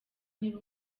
niba